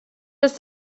just